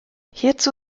hierzu